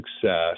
success